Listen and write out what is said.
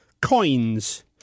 Coins